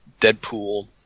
deadpool